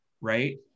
right